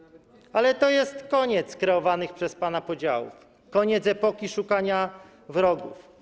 Ale to jest koniec kreowanych przez pana podziałów, koniec epoki szukania wrogów.